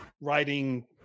writing